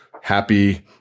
happy